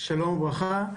שלום וברכה.